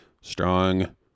strong